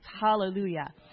Hallelujah